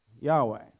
Yahweh